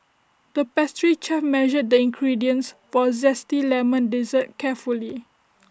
the pastry chef measured the ingredients for A Zesty Lemon Dessert carefully